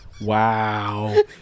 wow